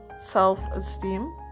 self-esteem